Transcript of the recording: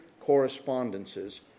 correspondences